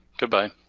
goodbye.